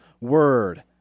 word